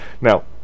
now